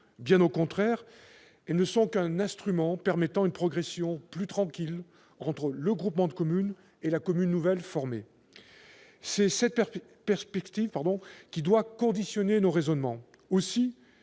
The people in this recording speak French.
Bien au contraire, elles ne sont qu'un instrument permettant une progression plus tranquille entre le groupement de communes et la commune nouvelle formée. C'est cette perspective qui doit conditionner nos raisonnements.